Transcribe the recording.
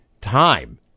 time